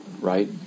right